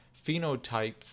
phenotypes